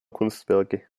kunstwerke